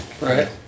Right